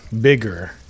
bigger